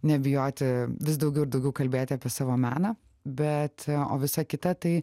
nebijoti vis daugiau ir daugiau kalbėti apie savo meną bet o visa kita tai